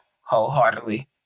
wholeheartedly